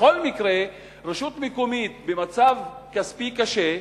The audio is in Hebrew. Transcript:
בכל מקרה, רשות מקומית במצב כספי קשה,